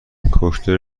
کوکتل